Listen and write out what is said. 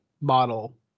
model